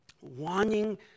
wanting